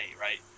right